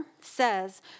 says